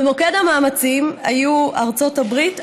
במוקד המאמצים היו ארצות הברית,